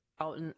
out